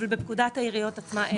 אבל בפקודת העיריות עצמה אין הגדרה.